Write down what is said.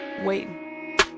waiting